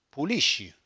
Pulisci